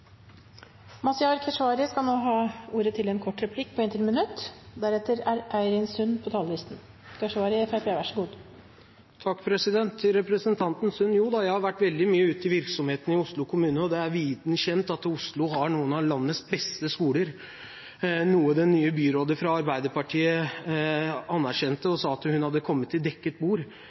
Mazyar Keshvari har hatt ordet to ganger tidligere og får ordet til en kort merknad, begrenset til 1 minutt. Til representanten Sund: Joda, jeg har vært veldig mye ute i virksomhetene i Oslo kommune, og det er viden kjent at Oslo har noen av landets beste skoler, noe den nye byråden fra Arbeiderpartiet anerkjente. Hun sa at hun hadde kommet til dekket bord.